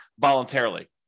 voluntarily